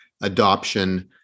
adoption